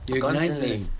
Constantly